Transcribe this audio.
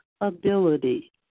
ability